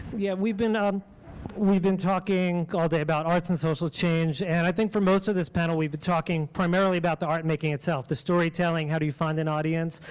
yeah we've been um we've been talking all day about arts and social change, and i think for most of this panel, we've been talking primarily about the art-making itself, the storytelling, how do you find an audience,